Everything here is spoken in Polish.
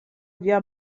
via